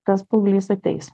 tas paauglys ateis